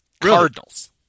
Cardinals